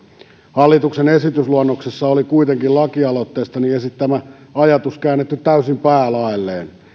hallituksen esitysluonnoksessa oli kuitenkin lakialoitteessani esittämä ajatus käännetty täysin päälaelleen